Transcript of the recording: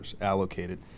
allocated